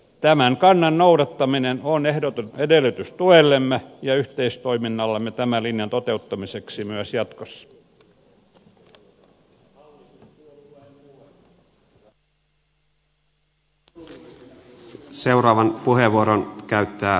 tämän kannan noudattaminen on ehdoton edellytys tuellemme ja yhteistoiminnallemme tämän linjan toteuttamiseksi myös jatkossa